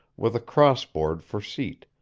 with a cross board for seat,